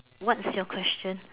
what's your question